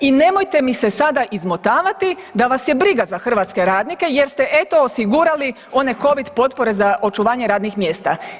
I nemojte mi se sada izmotavati da vas je briga za hrvatske radnike jer ste eto osigurali one Covid potpore za očuvanje radnih mjesta.